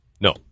No